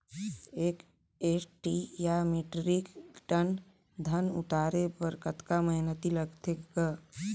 एक एम.टी या metric tonne धन उतारे बर कतका मेहनती लगथे ग?